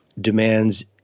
demands